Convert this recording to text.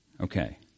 Okay